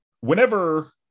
Whenever